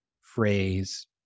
phrase